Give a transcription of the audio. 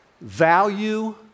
value